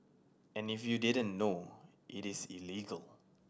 and if you didn't know it is illegal